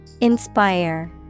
Inspire